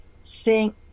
Sing